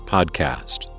Podcast